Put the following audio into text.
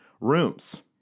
rooms